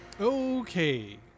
Okay